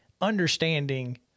understanding